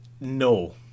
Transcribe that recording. No